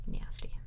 nasty